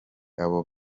abo